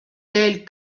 tels